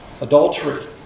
adultery